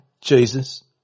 Jesus